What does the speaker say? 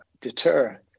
deter